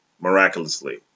miraculously